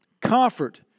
comfort